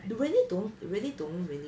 he really don't really don't really